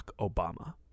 Obama